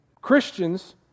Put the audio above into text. Christians